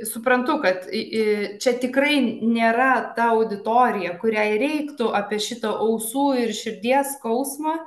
suprantu kad i i i čia tikrai nėra ta auditorija kuriai reiktų apie šitą ausų ir širdies skausmą